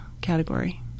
category